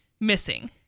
missing